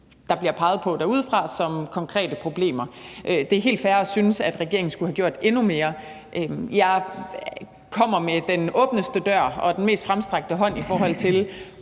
der bliver peget på derude som konkrete problemer. Det er helt fair at synes, at regeringen skulle have gjort endnu mere. Jeg kommer med den mest åbne dør og den mest fremstrakte hånd i forhold til